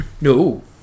No